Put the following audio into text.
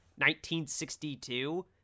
1962